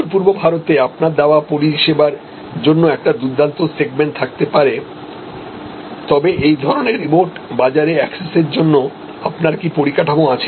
উত্তর পূর্ব ভারতে আপনার দেওয়া পরিষেবার জন্য একটি দুর্দান্ত সেগমেন্ট থাকতে পারে তবে এই ধরণের রিমোট বাজারে অ্যাক্সেসের জন্য আপনার কি পরিকাঠামো আছে